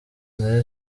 nayo